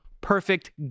perfect